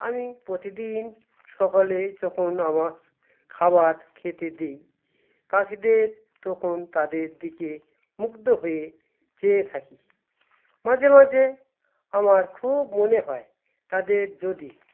আমি প্রতিদিন সকালে যখন আমার খাবার খেতে দিই পাখিদের তখন তাদের দিকে মুগ্ধ হয়ে চেয়ে থাকি মাঝে মাঝে আমার খুব মনে হয় তাদের যদি